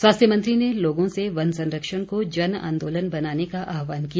स्वास्थ्य मंत्री ने लोगों से वन संरक्षण को जन आंदोलन बनाने का आहवान किया